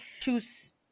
choose